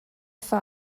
phi